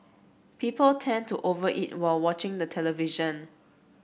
people tend to over eat while watching the television